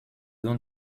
dons